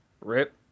rip